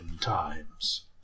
times